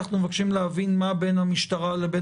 אנחנו מבקשים להבין מה בין המשטרה לבין